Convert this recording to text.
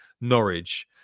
Norwich